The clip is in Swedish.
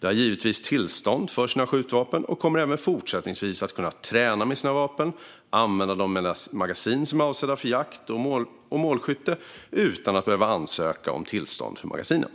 De har givetvis tillstånd för sina skjutvapen och kommer även fortsättningsvis att kunna träna med sina vapen och använda de magasin som är avsedda för jakt och målskytte utan att behöva ansöka om tillstånd för magasinen.